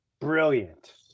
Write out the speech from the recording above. Brilliant